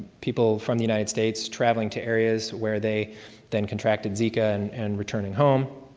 people from the united states traveling to areas where they then contracted zika and and returning home.